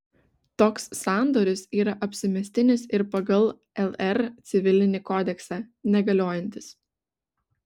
toks sandoris yra apsimestinis ir pagal lr civilinį kodeksą negaliojantis